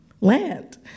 land